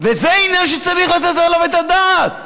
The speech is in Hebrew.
וזה עניין שצריך לתת עליו את הדעת.